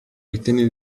ritenne